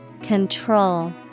Control